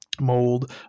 mold